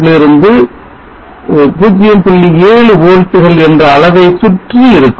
7 volts என்ற அளவைசுற்றி இருக்கும்